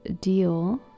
deal